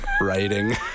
Writing